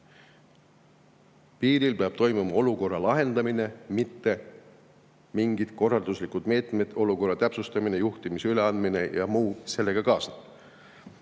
Piiril peab toimuma olukorra lahendamine, mitte mingid korralduslikud meetmed, olukorra täpsustamine, juhtimise üleandmine ja muu sellega kaasnev.